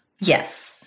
Yes